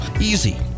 Easy